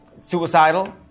suicidal